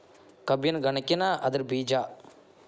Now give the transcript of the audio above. ಕಬ್ಬಿನ ಗನಕಿನ ಅದ್ರ ಬೇಜಾ